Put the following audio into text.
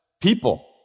People